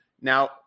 Now